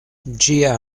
ĝia